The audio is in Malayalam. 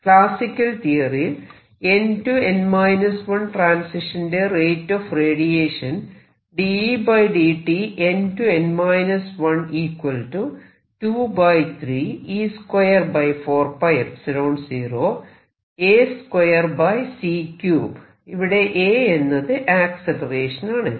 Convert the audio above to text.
ക്ലാസിക്കൽ തിയറിയിൽ n→n 1 ട്രാൻസിഷന്റെ റേറ്റ് ഓഫ് റേഡിയേഷൻ ഇവിടെ a എന്നത് ആക്സിലറേഷൻ ആണ്